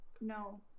No